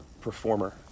performer